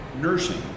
Nursing